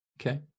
Okay